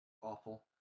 awful